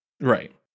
Right